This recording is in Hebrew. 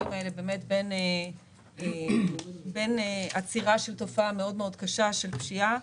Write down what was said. בין עצירה של תופעה מאוד מאוד קשה של פשיעה,